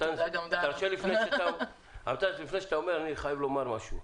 אני חייב לומר משהו.